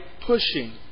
pushing